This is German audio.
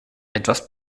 etwas